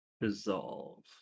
Resolve